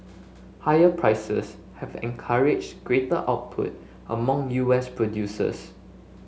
higher prices have encouraged greater output among U S producers